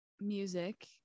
music